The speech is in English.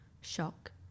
Shock